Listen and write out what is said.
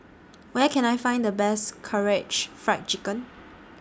Where Can I Find The Best Karaage Fried Chicken